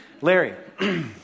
Larry